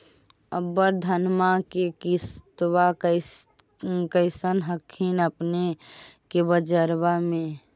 अबर धानमा के किमत्बा कैसन हखिन अपने के बजरबा में?